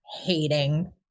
hating